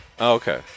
okay